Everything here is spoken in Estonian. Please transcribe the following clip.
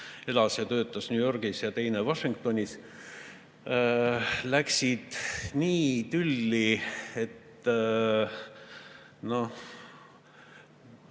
elas ja töötas New Yorgis ja teine Washingtonis, läksid nii tülli, et